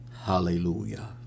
hallelujah